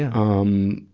um,